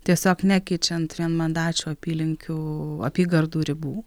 tiesiog nekeičiant vienmandačių apylinkių apygardų ribų